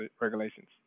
regulations